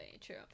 true